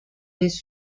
des